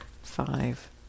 five